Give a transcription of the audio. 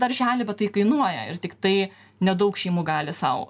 darželį bet tai kainuoja ir tiktai nedaug šeimų gali sau